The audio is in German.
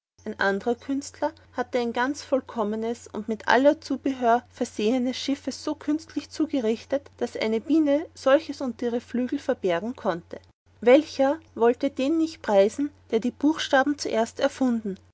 ein anderer künstler hatte ein ganz vollkommenes und mit aller zugehör versehenes schiff so künstlich zugerichtet daß eine biene solches unter ihre flügel verbergen konnte welcher wollte den nicht preisen der die buchstaben zuerst erfunden